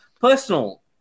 personal